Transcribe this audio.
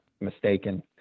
mistaken